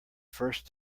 first